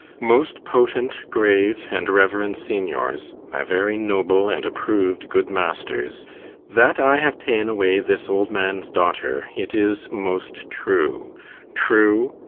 most potent, grave, and reverend signiors, my very noble and approv'd good masters that i have ta'en away this old man's daughter, it is most true true,